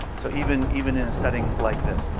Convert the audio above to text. so even even in a setting like this.